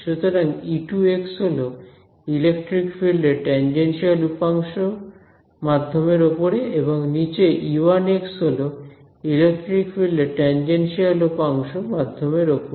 সুতরাং x হল electric ফিল্ডের টেনজেনশিয়াল উপাংশ মাধ্যমের ওপরে বা নিচে x হল ইলেকট্রিক ফিল্ডের টেনজেনশিয়াল উপাংশ মাধ্যমের ওপরে